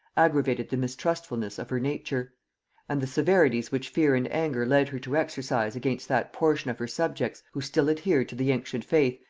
aggravated the mistrustfulness of her nature and the severities which fear and anger led her to exercise against that portion of her subjects who still adhered to the ancient faith,